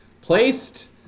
placed